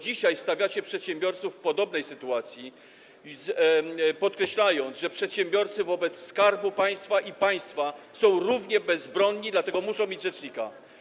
Dzisiaj stawiacie przedsiębiorców w podobnej sytuacji, podkreślając, że przedsiębiorcy wobec Skarbu Państwa i państwa są równie bezbronni, dlatego muszą mieć rzecznika.